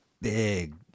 big